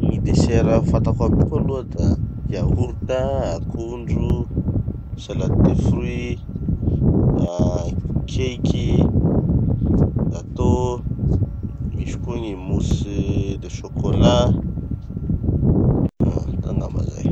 Gny desserts fatako aby koa aloha da: yaourt, akondro, salade de fruits, ah cake, gateau, misy koa gny mousse de chocolat. Ah angamba zay.